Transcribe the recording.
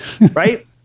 right